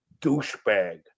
douchebag